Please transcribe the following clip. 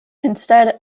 instead